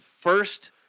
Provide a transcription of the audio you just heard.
first